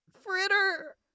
fritter